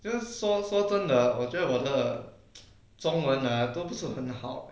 就是说说真的我觉得我的中文啊都不是很好